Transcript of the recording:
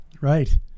right